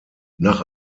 nach